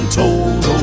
told